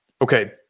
Okay